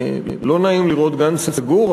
לא נעים לראות גן סגור,